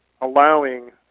allowing